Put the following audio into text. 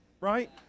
Right